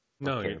No